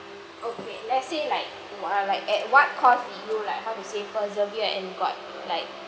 okay let's say like uh ah like at what cost did you like how to say persevere and about like